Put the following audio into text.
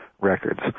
records